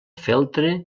feltre